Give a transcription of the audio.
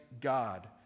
God